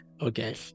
Okay